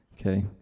Okay